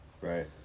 Right